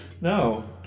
No